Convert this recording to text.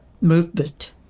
movement